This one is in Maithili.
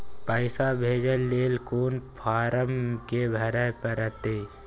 पैसा भेजय लेल कोन फारम के भरय परतै?